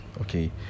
okay